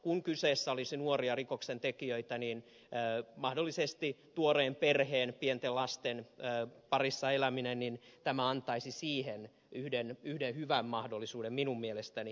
kun kyseessä olisivat nuoret rikoksentekijät niin mahdollisesti tuoreen perheen ja pienten lasten parissa elämiseen tämä antaisi yhden hyvän mahdollisuuden minun mielestäni